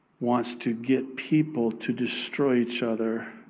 wants to get people to destroy each other